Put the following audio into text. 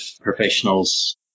professionals